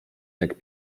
jak